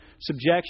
subjection